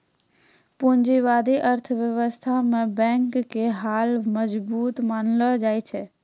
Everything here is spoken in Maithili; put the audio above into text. पूंजीबादी अर्थव्यवस्था मे बैंक के हाल मजबूत मानलो जाय छै